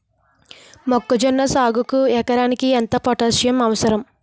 మొక్కజొన్న సాగుకు ఎకరానికి ఎంత పోటాస్సియం అవసరం?